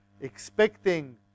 expecting